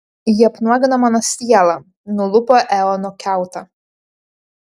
ji apnuogino mano sielą nulupo eono kiautą